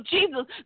Jesus